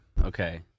Okay